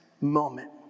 moment